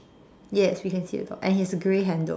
yes you can see a door and it has a grey handle